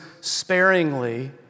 sparingly